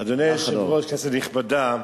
אדוני היושב-ראש, כנסת נכבדה,